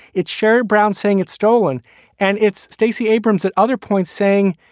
it's sherrod brown saying it's stolen and it's stacey abrams at other points saying,